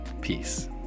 peace